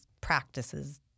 practices